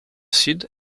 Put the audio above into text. sud